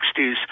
60s